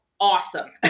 awesome